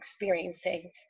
experiencing